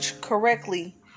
correctly